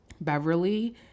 Beverly